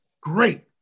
great